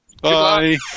Bye